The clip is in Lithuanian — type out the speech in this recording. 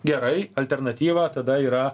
gerai alternatyva tada yra